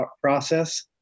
process